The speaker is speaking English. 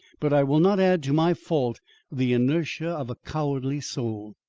but i will not add to my fault the inertia of a cowardly soul.